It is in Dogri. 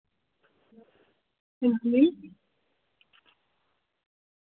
अंजी